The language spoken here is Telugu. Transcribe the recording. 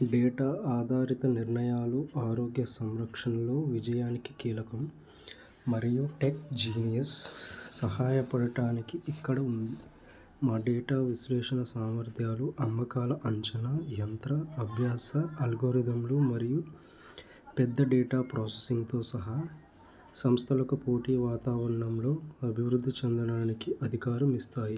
డేటా ఆధారిత నిర్ణయాలు ఆరోగ్య సంరక్షణలో విజయానికి కీలకం మరియు టెక్ జీనియస్ సహాయపడడానికి ఇక్కడ ఉంది మా డేటా విశ్లేషణ సామర్థ్యాలు అమ్మకాల అంచనా యంత్ర అభ్యాస అల్గోరిథంలు మరియు పెద్ద డేటా ప్రాసెసింగ్తో సహా సంస్థలకు పోటీ వాతావరణంలో అభివృద్ధి చెందడానికి అధికారం ఇస్తాయి